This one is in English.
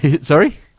sorry